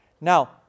Now